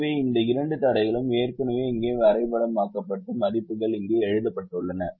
எனவே இந்த இரண்டு தடைகளும் ஏற்கனவே இங்கே வரைபடமாக்கப்பட்டு மதிப்புகள் இங்கே எழுதப்பட்டுள்ளன